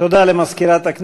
מאיר שטרית,